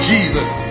Jesus